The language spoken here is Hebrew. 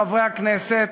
חברי הכנסת,